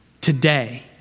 today